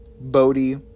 Bodhi